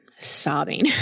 sobbing